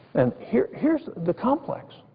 and here's here's the complex.